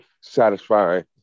satisfying